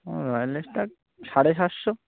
ও Royal Stag সাড়ে সাতশো